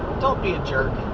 don't be a jerk.